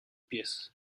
pies